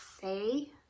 say